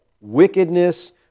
wickedness